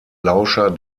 lauscher